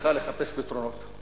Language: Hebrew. צריכה לחפש פתרונות.